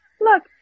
Look